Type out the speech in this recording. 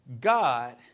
God